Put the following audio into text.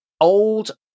old